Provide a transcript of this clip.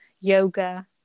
yoga